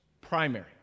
primary